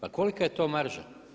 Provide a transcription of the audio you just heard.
Pa kolika je to marža?